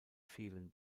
fehlen